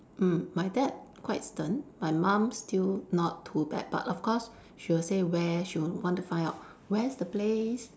mm my dad quite stern my mom still not too bad but of course she will say where she will want to find out where's the place